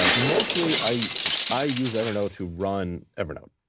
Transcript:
um mostly, i i use evernote to run evernote.